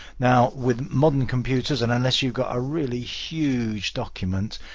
now with modern computers and unless you've got a really huge document,